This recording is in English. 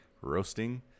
roasting